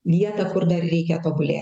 vietą kur dar reikia tobulėt